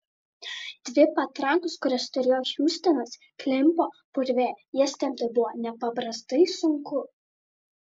dvi patrankos kurias turėjo hiustonas klimpo purve jas tempti buvo nepaprastai sunku